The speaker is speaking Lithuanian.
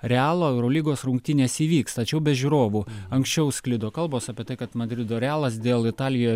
realo eurolygos rungtynės įvyks tačiau be žiūrovų anksčiau sklido kalbos apie tai kad madrido realas dėl italijoje